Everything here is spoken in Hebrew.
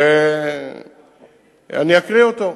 אקריא אותו.